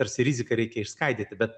tarsi riziką reikia išskaidyti bet